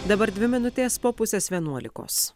dabar dvi minutės po pusės vienuolikos